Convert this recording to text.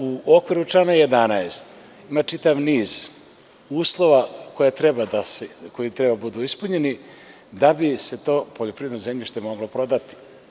U okviru člana 11. ima čitav niz uslova koji treba da budu ispunjeni da bi se to poljoprivredno zemljište moglo prodati.